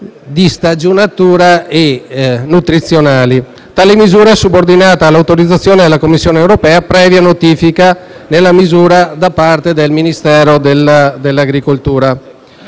di stagionatura e nutrizionali). Tale misura è subordinata all'autorizzazione della Commissione europea, previa notifica della misura da parte del Ministero delle politiche